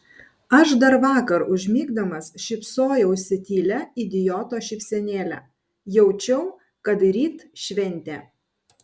aš dar vakar užmigdamas šypsojausi tylia idioto šypsenėle jaučiau kad ryt šventė